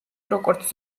როგორც